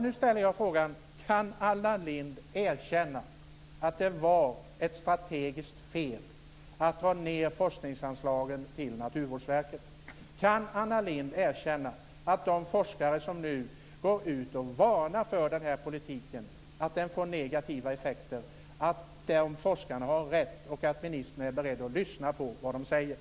Nu ställer jag frågan: Kan Anna Lindh erkänna att det var ett strategiskt fel att dra ned forskningsanslagen till Naturvårdsverket? Kan Anna Lindh erkänna att de forskare som nu går ut och varnar för att den här politiken får negativa effekter har rätt, och är ministern beredd att lyssna på vad de säger?